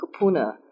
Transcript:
kupuna